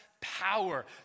power